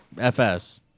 FS